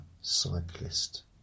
Cyclist